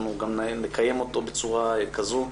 אנחנו גם נקיים אותו בצורה כזו.